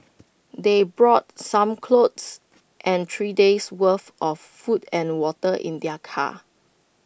they brought some clothes and three days worth of food and water in their car